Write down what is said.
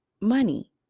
money